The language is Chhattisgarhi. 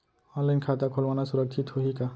ऑनलाइन खाता खोलना सुरक्षित होही का?